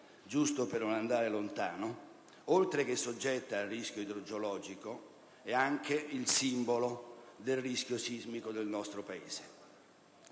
giusto per non andare lontano - oltre che soggetta a rischio idrogeologico, è anche il simbolo del rischio sismico del nostro Paese.